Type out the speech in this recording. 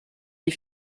les